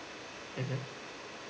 mmhmm